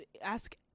Ask